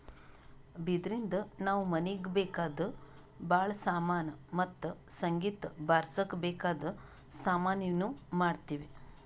ಬಿದಿರಿನ್ದ ನಾವ್ ಮನೀಗ್ ಬೇಕಾದ್ ಭಾಳ್ ಸಾಮಾನಿ ಮತ್ತ್ ಸಂಗೀತ್ ಬಾರ್ಸಕ್ ಬೇಕಾದ್ ಸಾಮಾನಿನೂ ಮಾಡ್ತೀವಿ